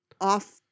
off